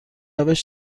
روش